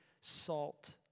salt